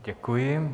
Děkuji.